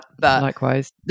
likewise